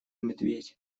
медведь